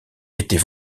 était